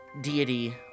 deity